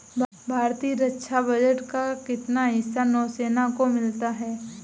भारतीय रक्षा बजट का कितना हिस्सा नौसेना को मिलता है?